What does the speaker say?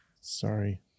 Sorry